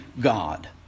God